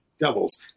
devils